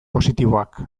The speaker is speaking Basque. positiboak